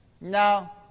No